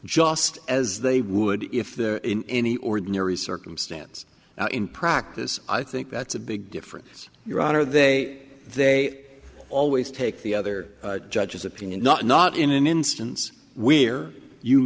just as they would if they're in the ordinary circumstance in practice i think that's a big difference your honor they they always take the other judge's opinion not not in an instance we're you